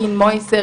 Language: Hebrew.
דין "מוייסר",